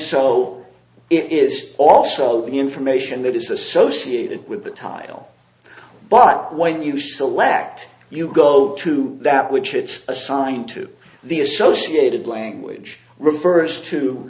so it is also the information that is associated with the title but when you select you go to that which it's assigned to the associated language reversed t